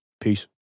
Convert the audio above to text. Peace